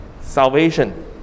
salvation